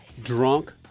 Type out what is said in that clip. drunk